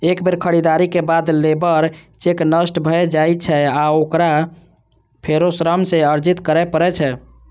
एक बेर खरीदारी के बाद लेबर चेक नष्ट भए जाइ छै आ ओकरा फेरो श्रम सँ अर्जित करै पड़ै छै